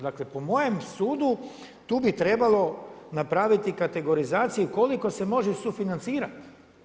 Dakle po mojem sudu tu bi trebalo napraviti kategorizaciju koliko se može sufinancirati.